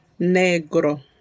Negro